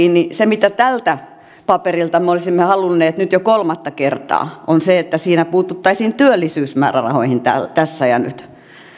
lisätalousarviossa kuten todettiin se mitä tältä paperilta me olisimme halunneet nyt jo kolmatta kertaa on se että siinä puututtaisiin työllisyysmäärärahoihin tässä ja nyt